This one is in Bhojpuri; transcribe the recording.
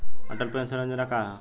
अटल पेंशन योजना का ह?